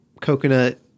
coconut